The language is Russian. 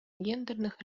гендерных